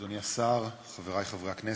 תודה, אדוני השר, חברי חברי הכנסת,